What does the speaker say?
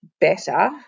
better